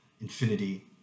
infinity